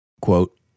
Quote